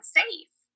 safe